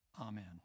Amen